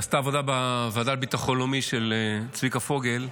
ונעשתה עבודה בוועדה לביטחון לאומי של צביקה פוגל,